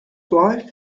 wife